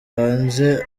hanze